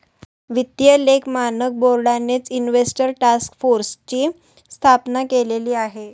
वित्तीय लेख मानक बोर्डानेच इन्व्हेस्टर टास्क फोर्सची स्थापना केलेली आहे